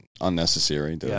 unnecessary